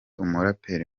umuraperi